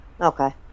Okay